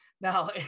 now